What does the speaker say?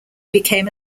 became